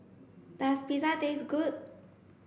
does Pizza taste good